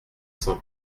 cent